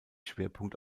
schwerpunkt